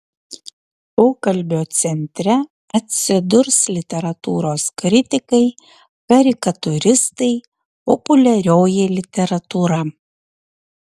pokalbio centre atsidurs literatūros kritikai karikatūristai populiarioji literatūra